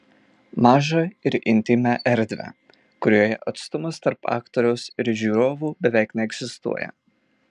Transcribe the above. mažą ir intymią erdvę kurioje atstumas tarp aktoriaus ir žiūrovų beveik neegzistuoja